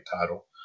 title